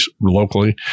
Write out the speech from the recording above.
locally